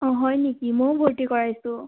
অঁ হয় নেকি মইও ভৰ্তি কৰাইছোঁ